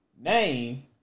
Name